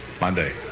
Monday